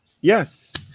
Yes